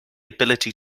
ability